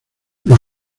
los